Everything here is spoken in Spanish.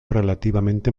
relativamente